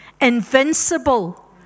invincible